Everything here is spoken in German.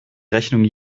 rechnung